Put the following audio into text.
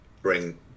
bring